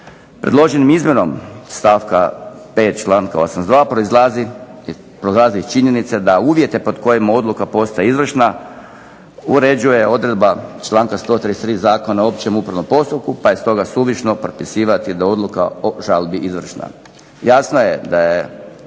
Predloženom izmjenom stavka 5. članka 82. proizlazi i činjenica da uvjete pod kojima odluka postaje izvršna uređuje odredba članka 133. Zakona o općem upravnom postupku, pa je stoga suvišno propisivati da je odluka o žalbi izvršena. Jasno je da je